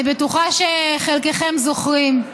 אני בטוחה שחלקכם זוכרים.